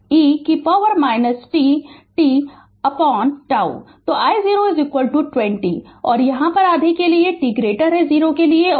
तो I0 20 और आधा इसलिए t 0 के लिए e t 2 t एम्पीयर